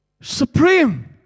supreme